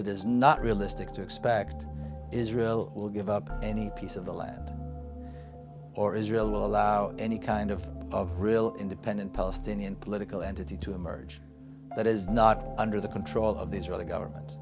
it is not realistic to expect israel will give up any piece of the land or israel will allow any kind of of real independent palestinian political entity to emerge that is not under the control of the israeli government